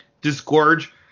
Disgorge